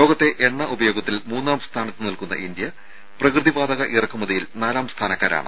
ലോകത്തെ എണ്ണ ഉപയോഗത്തിൽ മൂന്നാം സ്ഥാനത്ത് നിൽക്കുന്ന ഇന്ത്യ പ്രകൃതി വാതക ഇറക്കുമതിയിൽ നാലാം സ്ഥാനക്കാരാണ്